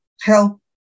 help